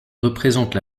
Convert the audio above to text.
représente